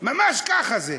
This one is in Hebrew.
ממש ככה זה.